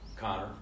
Connor